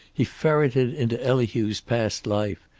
he ferreted into elihu's past life,